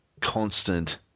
constant